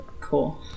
Cool